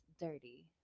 dirty